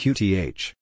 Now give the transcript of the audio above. Qth